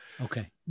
Okay